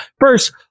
First